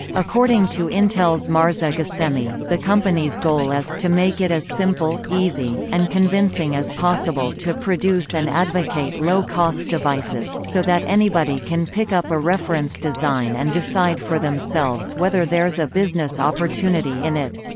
according to intel's marzyeh ghassemi, the company's goal is to make it as simple, easy, and convincing as possible to produce and advocate low-cost devices, so that anybody can pick up a reference design and decide for themselves whether there's a business opportunity in it.